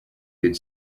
could